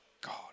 God